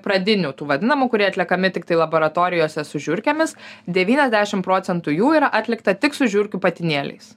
pradinių tų vadinamų kurie atliekami tiktai laboratorijose su žiurkėmis devyniasdešim procentų jų yra atlikta tik su žiurkių patinėliais